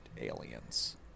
aliens